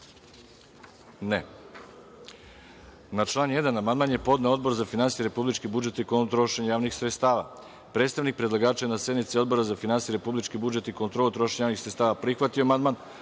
(Ne.)Na član 1. amandman je podneo Odbor za finansije, republički budžet i kontrolu trošenja javnih sredstava. Predstavnik predlagača je na sednici Odbor za finansije, republički budžet i kontrolu trošenja javnih sredstava prihvatio amandman,